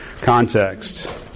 context